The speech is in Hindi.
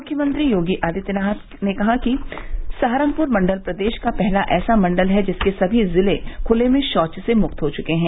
मुख्यमंत्री योगी आदित्यनाथ ने कहा है कि सहारनपुर मण्डल प्रदेश का पहला ऐसा मण्डल है जिसके सभी जिले खुले में शौच से मुक्त हो चुके हैं